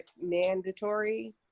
mandatory